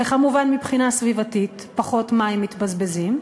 וכמובן, מבחינה סביבתית, פחות מים מתבזבזים.